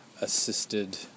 assisted